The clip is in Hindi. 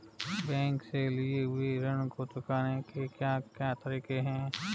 बैंक से लिए हुए ऋण को चुकाने के क्या क्या तरीके हैं?